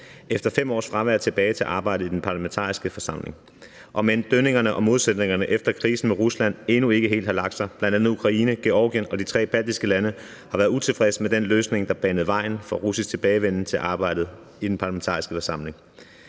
efter 5 års fravær tilbage til arbejdet i den parlamentariske forsamling, om end dønningerne og modsætningerne efter krisen med Rusland endnu ikke helt har lagt sig. Bl.a. Ukraine, Georgien og de tre baltiske lande har været utilfredse med den løsning, der banede vejen for russisk tilbagevenden til arbejdet i den parlamentariske forsamling.